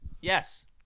Yes